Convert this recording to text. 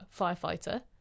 Firefighter